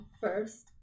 first